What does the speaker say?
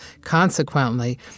Consequently